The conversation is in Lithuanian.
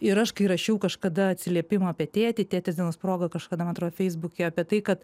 ir aš kai rašiau kažkada atsiliepimą apie tėtį tėtės dienos proga kažkada man atrodo feisbuke apie tai kad